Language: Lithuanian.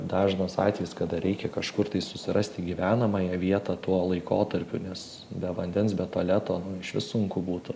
dažnas atvejis kada reikia kažkur tai susirasti gyvenamąją vietą tuo laikotarpiu nes be vandens be tualeto nu išvis sunku būtų